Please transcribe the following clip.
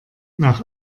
nach